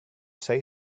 say